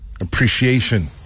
Appreciation